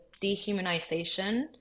dehumanization